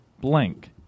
blank